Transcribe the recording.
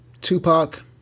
Tupac